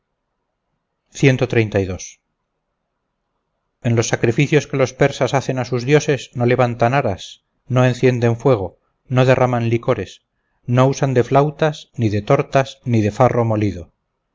y los persas mitra en los sacrificios que los persas hacen a sus dioses no levantan aras no encienden fuego no derraman licores no usan de flautas ni de tortas ni de farro molido